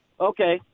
Okay